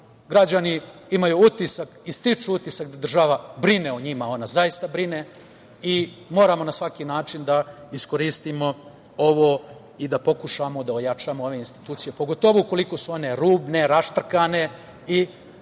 Građani imaju utisak i stiču utisak da država brine o njima. Ona zaista brine. Moramo na svaki način da iskoristimo ovo i da pokušamo da ojačamo ove institucije, pogotovo ukoliko su one rubne, raštrkane,